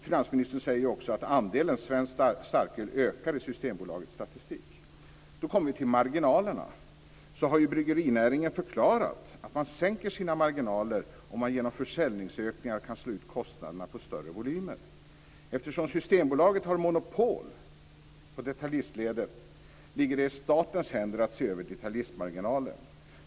Finansministern säger ju också att andelen svenskt starköl ökar i Systembolagets statistik. Då kommer vi till marginalerna. Bryggerinäringen har ju förklarat att man sänker sin marginaler om man genom försäljningsökningar kan slå ut kostnaderna på större volymer. Eftersom Systembolaget har monopol på detaljistledet ligger det i statens händer att se över detaljistmarginalen.